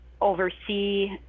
oversee